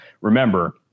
Remember